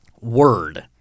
word